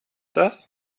das